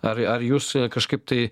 ar ar jūs kažkaip tai